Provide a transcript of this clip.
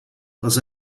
los